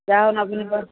ଯାହା ହେଉ ନବୀନ ପଟ୍ଟନାୟକ